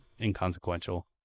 inconsequential